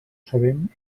sabem